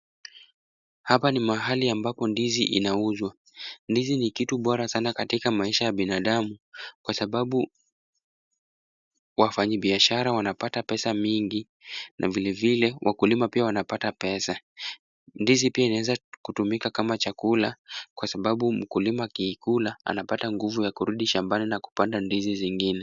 Hapa ni mahali ambapo ndizi inauzwa. Ndizi ni kitu bora sana katika maisha ya binadamu, kwa sababu wafanyibiashara wanapata pesa mingi na vile vile wakulima pia wanapata pesa. Ndizi pia inaweza kutumika kama chakula, kwa sababu mkulima akikula anapata nguvu ya kurudi shambani na kupanda ndizi zingine.